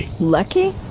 Lucky